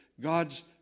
God's